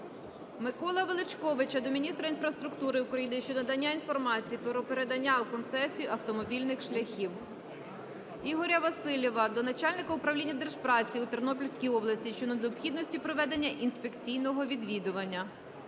Миколи Величковича до міністра інфраструктури України щодо надання інформації про передання у концесію автомобільних шляхів. Ігоря Василіва до Начальника Управління Держпраці у Тернопільській області щодо необхідності проведення інспекційного відвідування.